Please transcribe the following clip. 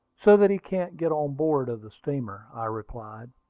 so that he can't get on board of the steamer, i replied.